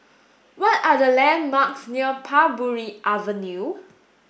what are the landmarks near Parbury Avenue